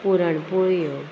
पुरणपोळ्यो